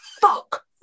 fuck